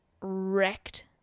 wrecked